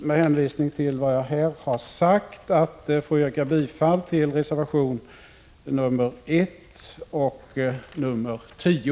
Med hänvisning till vad jag här sagt ber jag att få yrka bifall till reservationerna 1 och 10.